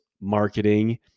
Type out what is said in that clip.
marketing